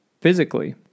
Physically